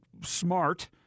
smart